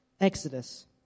Exodus